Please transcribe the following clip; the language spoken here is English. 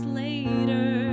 later